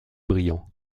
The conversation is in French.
briand